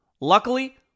Luckily